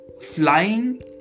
flying